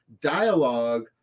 dialogue